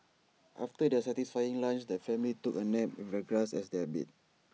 after their satisfying lunch the family took A nap with the grass as their bed